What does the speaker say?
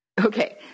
Okay